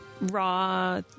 raw